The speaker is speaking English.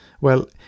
Well